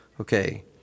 Okay